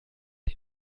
den